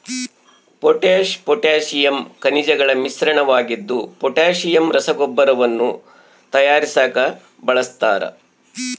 potash potassium ಖನಿಜಗಳ ಮಿಶ್ರಣವಾಗಿದ್ದು potassium ರಸಗೊಬ್ಬರಗಳನ್ನು ತಯಾರಿಸಾಕ ಬಳಸ್ತಾರ